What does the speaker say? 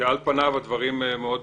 כאשר על פניו הדברים מאוד ברורים.